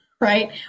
right